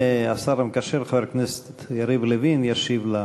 השר המקשר חבר הכנסת יריב לוין ישיב לשואלים.